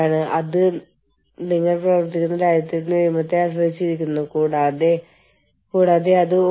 അങ്ങനെ അല്ലെങ്കിൽ യൂണിയൻ ചെയ്യുക അല്ലെങ്കിൽ ഒരുമിച്ച് കൂടുക ഒപ്പം ഒരു പൊതു ശബ്ദം ഉണ്ടായിരിക്കുക